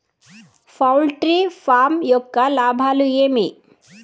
poultry farm యొక్క లాభాలు ఏమి